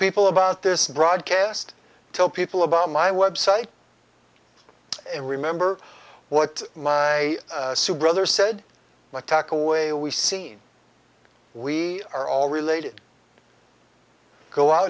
people about this broadcast tell people about my website and remember what my sue brother said my tack away we seen we are all related go out